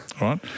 right